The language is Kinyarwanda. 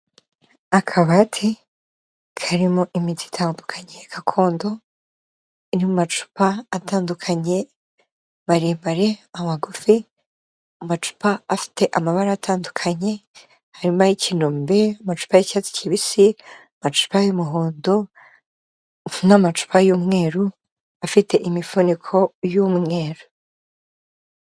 Akabati karimo imiti itandukanye gakondo, iri mu macupa atandukanye maremare, amagufi, amacupa afite amabara atandukanye harimo ay'ikinombe, amacupa y'icyatsi kibisi, amacupa y'umuhondo n'amacupa y'umweru, afite imifuniko y'umweru.